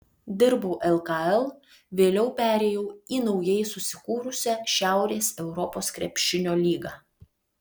dirbau lkl vėliau perėjau į naujai susikūrusią šiaurės europos krepšinio lygą